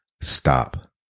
stop